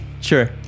Sure